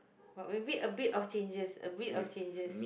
but maybe a bit of changes a bit of changes